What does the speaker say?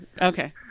Okay